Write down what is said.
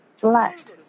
blessed